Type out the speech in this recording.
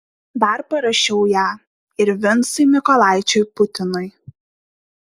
dar parašiau ją ir vincui mykolaičiui putinui